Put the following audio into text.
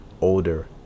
older